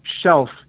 shelf